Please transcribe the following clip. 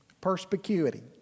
Perspicuity